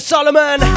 Solomon